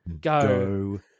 go